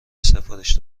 سفارش